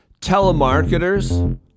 telemarketers